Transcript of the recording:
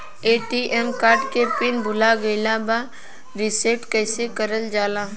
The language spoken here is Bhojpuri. ए.टी.एम कार्ड के पिन भूला गइल बा रीसेट कईसे करल जाला?